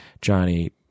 Johnny